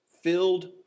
filled